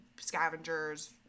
scavengers